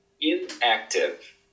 inactive